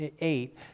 eight